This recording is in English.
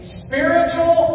spiritual